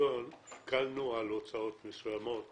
הפיקדון הקלנו על הוצאות מסוימות,